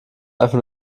einfach